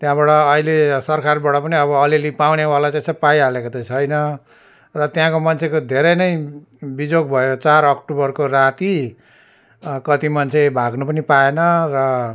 त्यहाँबाट अहिले सरकारबाट पनि अब आलिआलि पाउनेवाला चाहिँ छ पाइहालेको त छैन र त्यहाँको मान्छेको धेरै नै बिजोग भयो चार अक्टोबरको राती कति मन्छे भाग्नु पनि पााएन र